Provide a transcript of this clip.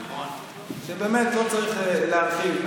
שבאמת לא צריך להרחיב,